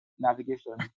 navigation